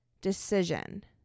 decision